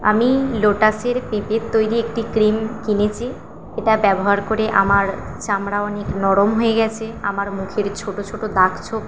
আমি লোটাসের পেঁপের তৈরি একটি ক্রিম কিনেছি এটা ব্যবহার করে আমার চামড়া অনেক নরম হয়ে গেছে আমার মুখের ছোট ছোট দাগ ছোপ